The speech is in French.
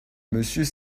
monsieur